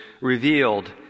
revealed